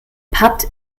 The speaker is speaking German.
patt